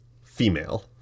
female